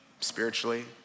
spiritually